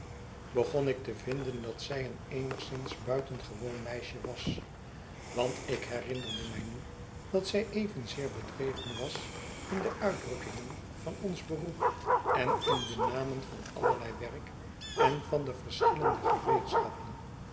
begon ik te vinden dat zij een eenigszins buitengewoon meisje was want ik herinnerde mij nu dat zij evenzeer bedreven was in de uitdrukkingen van ons beroep en in de naraen van allerlei werk en van de verscbillende gereedschappen